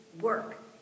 work